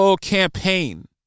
campaign